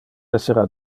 essera